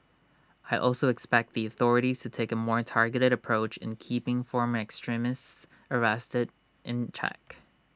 I also expect the authorities to take A more targeted approach in keeping former extremists arrested in check